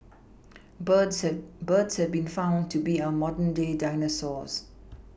birds have birds have been found to be our modern day dinosaurs